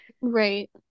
right